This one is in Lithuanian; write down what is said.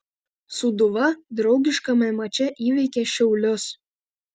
sūduva draugiškame mače įveikė šiaulius